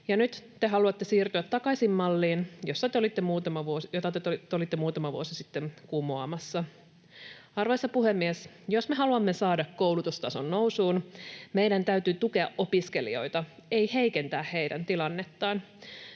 nyt te haluatte siirtyä takaisin malliin, jota te olitte muutama vuosi sitten kumoamassa. Arvoisa puhemies! Jos me haluamme saada koulutustason nousuun, meidän täytyy tukea opiskelijoita, ei heikentää heidän tilannettaan.